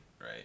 right